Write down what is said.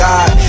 God